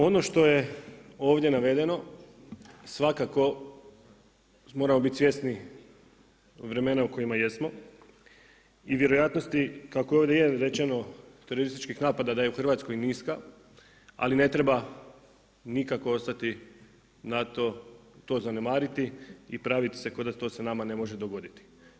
Ono što je ovdje navedeno svakako moramo biti svjesni vremena u kojima jesmo i vjerojatnosti kako je ovdje je rečeno terorističkih napada da je u Hrvatskoj niska, ali ne treba nikako ostati na to zanemariti i praviti se kao da se to nama ne može dogoditi.